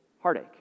heartache